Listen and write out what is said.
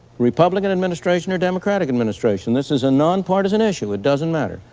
republican administration or democratic administration. this is a nonpartisan issue, it doesn't matter.